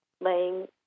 laying